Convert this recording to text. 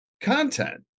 content